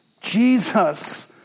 Jesus